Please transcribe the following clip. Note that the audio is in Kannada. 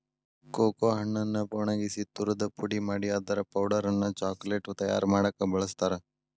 ಕೋಕೋ ಹಣ್ಣನ್ನ ಒಣಗಿಸಿ ತುರದು ಪುಡಿ ಮಾಡಿ ಅದರ ಪೌಡರ್ ಅನ್ನ ಚಾಕೊಲೇಟ್ ತಯಾರ್ ಮಾಡಾಕ ಬಳಸ್ತಾರ